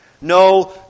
No